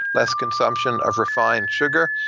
less consumption of refined sugar.